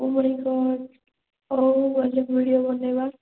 ଉମରକୋଟ ହଉ ଗଲେ ଭିଡିଓ ବନେଇବା